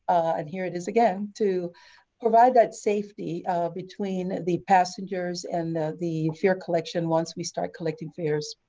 and here it is again to provide that safety between the passengers and the the fare collection once we start collecting fares.